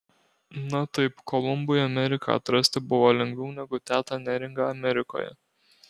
na taip kolumbui ameriką atrasti buvo lengviau negu tetą neringą amerikoje